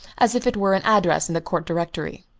as if it were an address in the court directory.